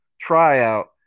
tryout